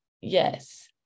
yes